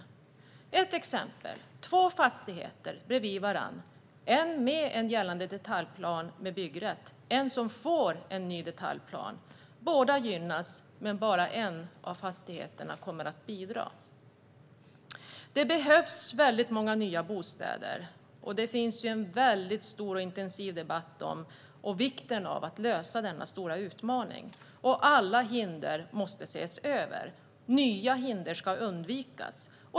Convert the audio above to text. Låt mig ta ett exempel med två fastigheter som ligger bredvid varandra. Den ena har en gällande detaljplan med byggrätt. Den andra får en ny detaljplan. Båda gynnas, men bara en av fastigheterna kommer att bidra. Många nya bostäder behövs, och det pågår en stor och intensiv debatt om vikten av att lösa denna stora utmaning. Alla hinder måste ses över. Nya hinder ska undvikas.